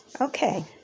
Okay